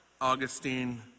Augustine